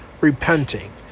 repenting